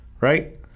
right